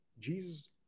Jesus